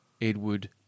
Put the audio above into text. Edward